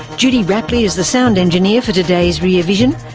judy rapley is the sound engineer for today's rear vision.